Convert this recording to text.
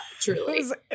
truly